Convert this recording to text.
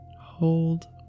Hold